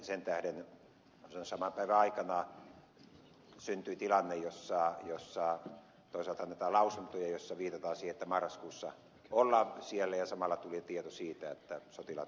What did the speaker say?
sen tähden saman päivän aikana syntyi tilanne jossa toisaalta annettiin lausuntoja joissa viitataan siihen että marraskuussa ollaan siellä ja samalla tuli tieto siitä että sotilaat kotiutetaan